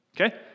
Okay